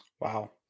Wow